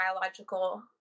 biological